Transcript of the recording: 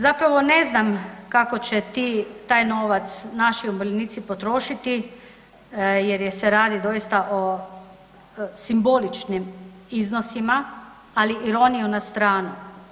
Zapravo ne znam kako će ti, taj novac naši umirovljenici potrošiti jer je se radi doista o simboličnim iznosima, ali ironiju na stranu.